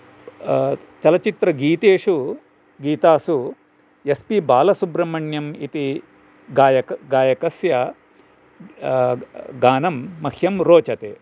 चलच्चित्रगीतेषु गीतासु S P Balasubrahmanyam इति गायक् गायकस्य गानं मह्यं रोचते